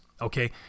okay